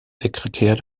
sekretär